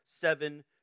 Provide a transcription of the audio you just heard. seven